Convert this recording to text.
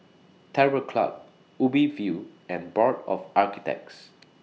Terror Club Ubi View and Board of Architects